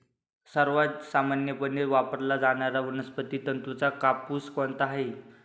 सर्वात सामान्यपणे वापरला जाणारा वनस्पती तंतूचा कापूस कोणता आहे?